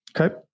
Okay